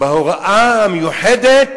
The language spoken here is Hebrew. בהוראה המיוחדת